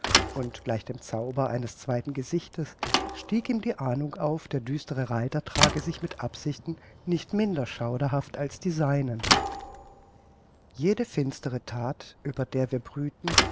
und gleich dem zauber eines zweiten gesichtes stieg ihm die ahnung auf der düstere reiter trage sich mit absichten nicht minder schauderhaft als die seinen jede finstere that über der wir brüten